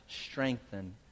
strengthen